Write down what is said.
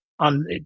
on